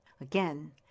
Again